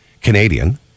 Canadian